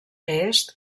est